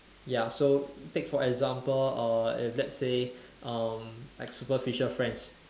ya so take for example uh if let's say um like superficial friends